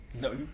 No